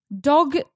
Dog